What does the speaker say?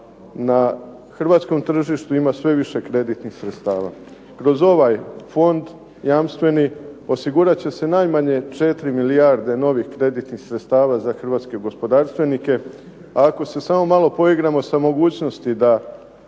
na hrvatskom tržištu ima sve više kreditnih sredstava. Kroz ovaj fond jamstveni osigurat će se najmanje 4 milijarde novih kreditnih sredstava za hrvatske gospodarstvenike, a ako se samo malo poigramo sa mogućnosti da